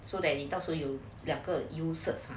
so that 你到时候有两个 U certs